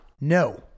No